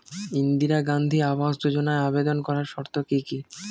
ইন্দিরা গান্ধী আবাস যোজনায় আবেদন করার শর্ত কি কি?